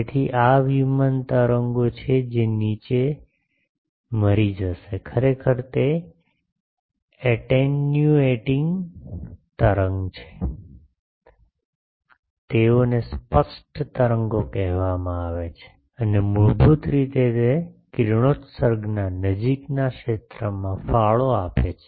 તેથી આ પ્લેન તરંગો છે જે નીચે મરી જશે ખરેખર તે એટેન્યુએટિંગ તરંગ છે તેઓને સ્પષ્ટ તરંગો કહેવામાં આવે છે અને મૂળભૂત રીતે તે કિરણોત્સર્ગના નજીકના ક્ષેત્રમાં ફાળો આપે છે